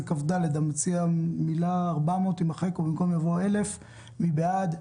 לסעיף 14כז. מי בעד,